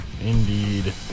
Indeed